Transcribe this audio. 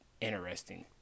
interesting